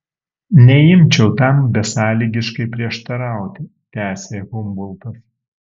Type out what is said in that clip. neimčiau tam besąlygiškai prieštarauti tęsė humboltas